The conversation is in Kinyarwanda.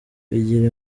bigira